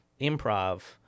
improv